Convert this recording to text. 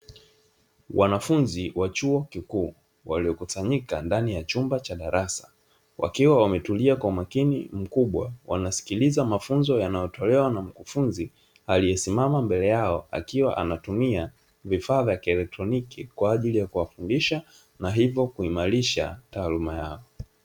Wanafunzi wa chuo kikuu, waliokusanyika ndani ya chumba cha darasa, wakiwa wametulia kwa umakini mkubwa, wanasikiliza mafunzo yanayotolewa na mkufunzi aliyesimama mbele yao akiwa anatumia vifaa vya kielektroniki kwa ajili ya kuwafundisha na hivyo kuimarisha taaluma yao.